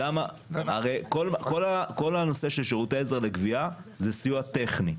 כל הנושא של שירותי עזר לגבייה זה סיוע טכני.